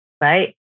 right